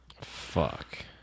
Fuck